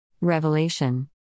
Revelation